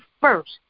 first